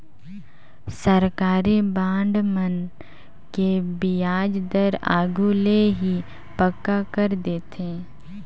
सरकारी बांड मन के बियाज दर आघु ले ही पक्का कर देथे